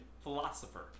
philosopher